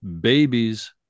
babies